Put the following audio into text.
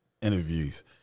interviews